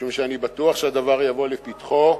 משום שאני בטוח שהדבר יבוא לפתחו.